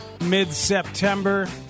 mid-September